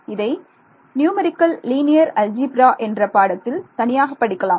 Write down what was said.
இதை numerical linear algebra என்ற பாடத்தில் தனியாக படிக்கலாம்